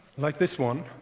like this one.